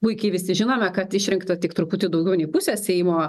puikiai visi žinome kad išrinkta tik truputį daugiau nei pusė seimo